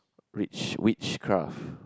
witch witchcraft